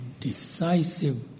decisive